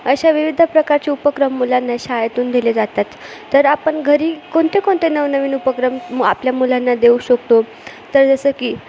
अशा विविध प्रकारचे उपक्रम मुलांना शाळेतून दिले जातात तर आपण घरी कोणते कोणते नवनवीन उपक्रम आपल्या मुलांना देऊ शकतो तर जसं की